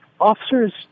officers